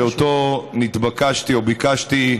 שאותו נתבקשתי, או ביקשתי,